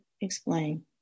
Explain